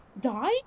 die